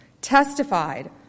testified